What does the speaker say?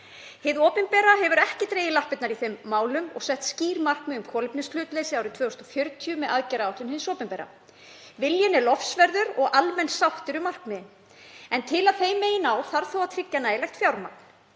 Hið opinbera hefur ekki dregið lappirnar í þeim málum og sett skýr markmið um kolefnishlutleysi árið 2040 með aðgerðaáætlun hins opinbera. Viljinn er lofsverður og almenn sátt er um markmiðin en til að þeim megi ná þarf þó að tryggja nægilegt fjármagn.